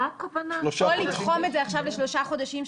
או לתחום את זה עכשיו לשלושה חודשים,